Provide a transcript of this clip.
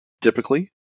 typically